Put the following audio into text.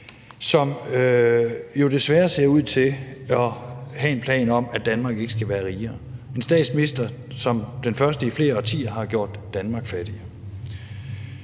som desværre ser ud til at have en plan om, at Danmark ikke skal være rigere; en statsminister, der som den første i flere årtier har gjort fattigere.